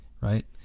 right